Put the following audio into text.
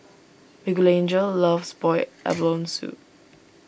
Miguelangel loves Boiled Abalone Soup